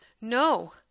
no